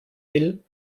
will